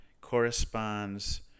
corresponds